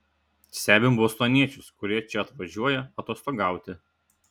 stebim bostoniečius kurie čia atvažiuoja atostogauti